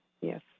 Yes